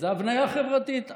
זה הבניה חברתית.